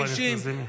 חברת הכנסת לזימי.